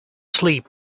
sleep